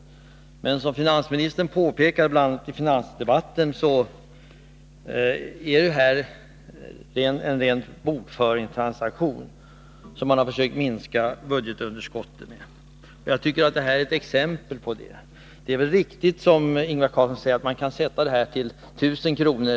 Men detta är, som finansministern påpekade bl.a. i finansdebatten, en ren bokföringstransaktion. Det är väl riktigt, som Ingvar Karlsson antydde, att man skulle kunna sätta anslaget till 1000 kr.